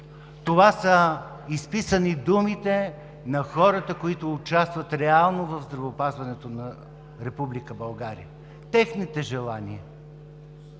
Това са изписаните думи на хората, които участват реално в здравеопазването на Република България,